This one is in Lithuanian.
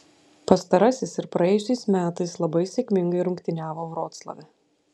pastarasis ir praėjusiais metais labai sėkmingai rungtyniavo vroclave